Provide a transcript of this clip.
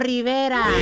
Rivera